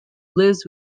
lives